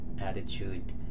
attitude